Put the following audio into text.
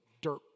dirt